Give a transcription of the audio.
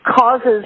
causes